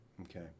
Okay